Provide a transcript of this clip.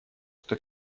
что